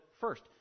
first